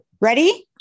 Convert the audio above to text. Ready